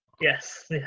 Yes